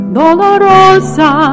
dolorosa